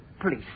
please